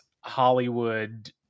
Hollywood